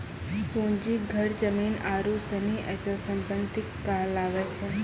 पूंजी घर जमीन आरु सनी अचल सम्पत्ति कहलावै छै